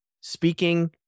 speaking